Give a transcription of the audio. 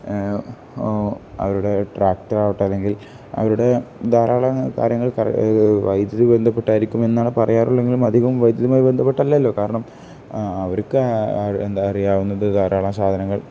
അവരുടെ ട്രാക്ടറാവട്ടെ അല്ലെങ്കിൽ അവരുടെ ധാരാളം കാര്യങ്ങൾ വൈദ്യുതി ബന്ധപ്പെട്ടായിരിക്കും എന്നാണ് പറയാറുള്ളത് എങ്കിലും അധികം വൈദ്യുതിയുമായി ബന്ധപ്പെട്ടല്ലല്ലോ കാരണം അവർക്ക് എന്താ അറിയാവുന്നത് ധാരാളം സാധനങ്ങൾ